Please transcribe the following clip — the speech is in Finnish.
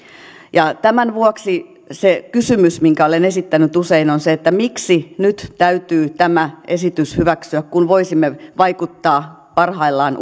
tämän vuoksi se kysymys minkä olen esittänyt usein on se miksi täytyy tämä esitys hyväksyä kun voisimme vaikuttaa parhaillaan